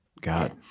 God